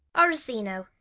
orsino,